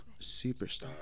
Superstar